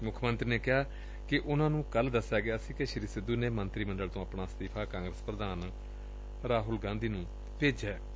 ਮੁੱਖ ਮੰਤਰੀ ਨੇ ਕਿਹਾ ਕਿ ਉਨੂਾ ਨੂੰ ਕੋਲੂ ਦਸਿਆ ਗਿਆ ਸੀ ਕਿ ਸ੍ਹੀ ਸਿੱਧੂ ਨੇ ਮੰਤਰੀ ਮੰਡਲ ਤੋਂ ਆਪਣਾ ਅਸਤੀਫਾ ਕਾਂਗਰਸ ਪੁਧਾਨ ਰਾਹੁਲ ਗਾਂਧੀ ਨੂੰ ਭੇਜਿਆ ਏ